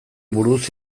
buruz